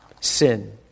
sin